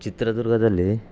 ಚಿತ್ರದುರ್ಗದಲ್ಲಿ